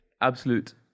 Absolute